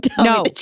No